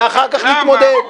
ואחר כך נתמודד.